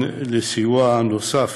לסיוע נוסף